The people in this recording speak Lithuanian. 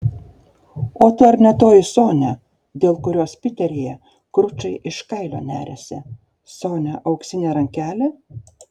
o tu ar ne toji sonia dėl kurios piteryje kručai iš kailio neriasi sonia auksinė rankelė